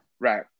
Right